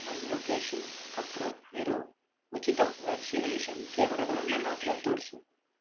ನನ್ನ ಲೊಕೇಷನ್ ಹತ್ತಿರ ಇರೋ ಉಚಿತ ವ್ಯಾಕ್ಸಿನೇಷನ್ ಕೇಂದ್ರಗಳನ್ನು ಮಾತ್ರ ತೋರಿಸು